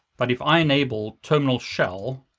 but if i enable terminal shell,